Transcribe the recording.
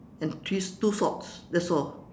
and three two socks that's all